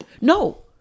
No